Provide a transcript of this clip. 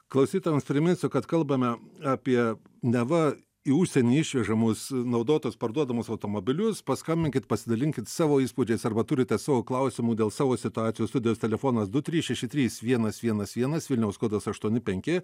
klausytojams priminsiu kad kalbame apie neva į užsienį išvežamus naudotus parduodamus automobilius paskambinkit pasidalinkit savo įspūdžiais arba turite savo klausimų dėl savo situacijos studijos telefonas du trys šeši trys vienas vienas vienas vilniaus kodas aštuoni penki